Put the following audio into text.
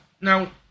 now